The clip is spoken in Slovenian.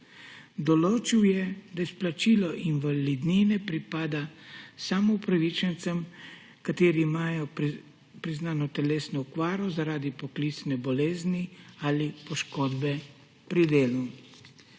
Določil je, da izplačilo invalidnine pripada samo upravičencem, ki imajo priznano telesno okvaro zaradi poklicne bolezni ali poškodbe pri delu.